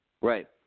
Right